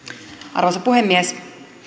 arvoisa puhemies